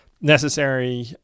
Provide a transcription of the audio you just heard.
necessary